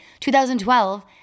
2012